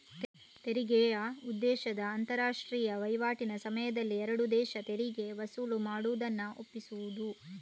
ತೆರಿಗೆಯ ಉದ್ದೇಶ ಅಂತಾರಾಷ್ಟ್ರೀಯ ವೈವಾಟಿನ ಸಮಯದಲ್ಲಿ ಎರಡು ದೇಶ ತೆರಿಗೆ ವಸೂಲು ಮಾಡುದನ್ನ ತಪ್ಪಿಸುದು